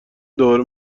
دوباره